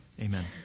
Amen